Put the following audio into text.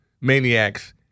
maniacs